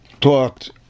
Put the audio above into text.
talked